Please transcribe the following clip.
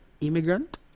immigrant